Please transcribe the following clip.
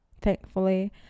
thankfully